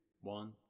One